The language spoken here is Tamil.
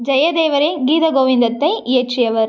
ஜெயதேவரே கீத கோவிந்தத்தை இயற்றியவர்